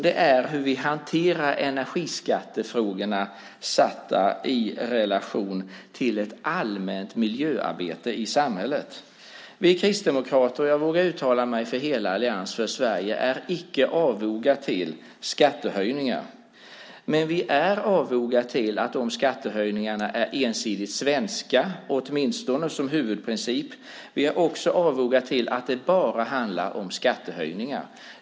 Det gäller hur vi hanterar energiskattefrågorna satta i relation till ett allmänt miljöarbete i samhället. Vi kristdemokrater, och jag vågar uttala mig för hela Allians för Sverige, är inte avoga till skattehöjningar. Men vi är avoga till att de skattehöjningarna är ensidigt svenska, åtminstone som huvudprincip. Vi är också avoga till att det bara handlar om skattehöjningar.